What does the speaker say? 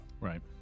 Right